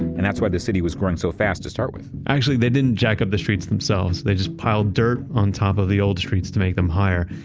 and that's why the city was growing so fast to start with actually, they didn't jack up the streets, themselves. they just piled of dirt on top of the old streets to make them higher.